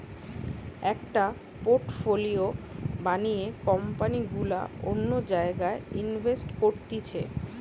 একটা পোর্টফোলিও বানিয়ে কোম্পানি গুলা অন্য জায়গায় ইনভেস্ট করতিছে